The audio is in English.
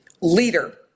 leader